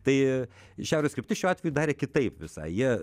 tai šiaurės kryptis šiuo atveju darė kitaip visai jie